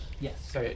Yes